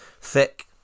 thick